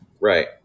Right